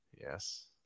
Yes